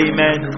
Amen